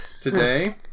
today